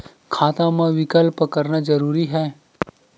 खाता मा विकल्प करना जरूरी है?